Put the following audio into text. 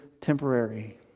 temporary